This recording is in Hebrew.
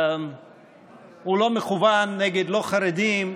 הוא לא מכוון נגד חרדים,